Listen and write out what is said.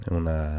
una